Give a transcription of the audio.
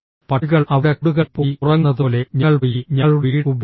പക്ഷികൾ അവരുടെ കൂടുകളിൽ പോയി ഉറങ്ങുന്നത് പോലെ ഞങ്ങൾ പോയി ഞങ്ങളുടെ വീട് ഉപയോഗിക്കുന്നു